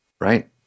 Right